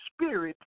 Spirit